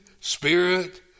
spirit